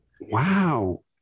Wow